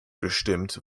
bestimmt